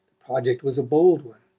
project was a bold one,